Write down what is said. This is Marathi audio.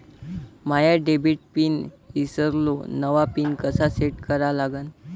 माया डेबिट पिन ईसरलो, नवा पिन कसा सेट करा लागन?